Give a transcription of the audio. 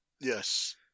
Yes